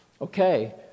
okay